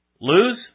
Lose